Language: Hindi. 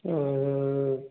ओ